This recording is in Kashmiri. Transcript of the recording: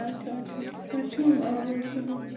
اَچھا اَچھا تۄہہِ چھُو آواز رلان